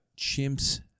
chimps